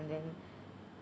then